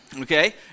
okay